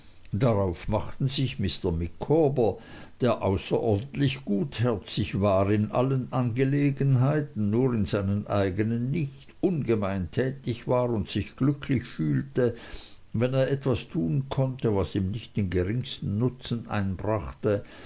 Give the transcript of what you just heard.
darauf machte sich mr micawber der außerordentlich gutherzig war und in allen angelegenheiten nur in seinen eignen nicht ungemein tätig war und sich glücklich fühlte wenn er etwas tun konnte was ihm nicht den geringsten nutzen einbrachte